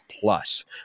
plus